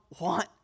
want